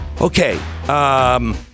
Okay